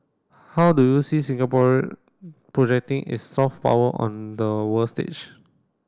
how do you see Singapore projecting its soft power on the world stage